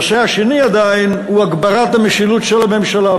הנושא השני הוא הגברת המשילות של הממשלה,